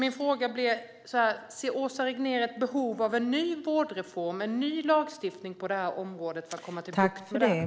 Anser Åsa Regnér att det behövs en ny vårdreform och en ny lagstiftning på det här området för att få bukt med detta?